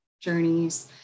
journeys